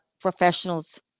professionals